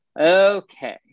Okay